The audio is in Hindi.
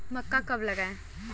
मक्का कब लगाएँ?